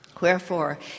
Wherefore